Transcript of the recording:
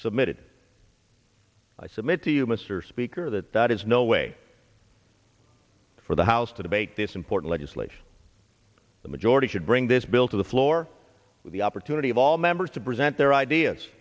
submitted i submit to you mr speaker that that is no way for the house to debate this important legislation the majority should bring this bill to the floor with the opportunity of all members to present their ideas